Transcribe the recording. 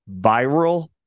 viral